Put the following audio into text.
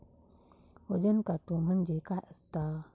वजन काटो म्हणजे काय असता?